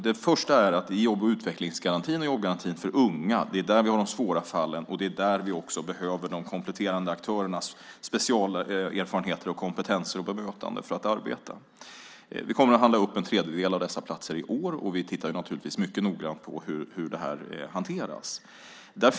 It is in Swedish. Det första är att det är i jobb och utvecklingsgarantin och jobbgarantin för unga som vi har de svåra fallen. Det är också där vi behöver de kompletterande aktörernas specialerfarenheter, kompetenser och bemötande för att arbeta. Vi kommer att handla upp en tredjedel av dessa platser i år och tittar naturligtvis mycket noggrant på hur det hanteras.